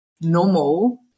normal